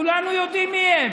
כולנו יודעים מיהם.